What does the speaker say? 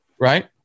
right